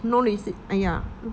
no receipt !aiya!